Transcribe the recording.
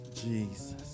Jesus